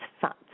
fat